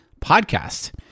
Podcast